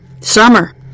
Summer